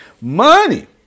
Money